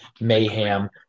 Mayhem